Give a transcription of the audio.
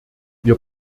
wir